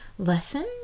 Lesson